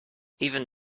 even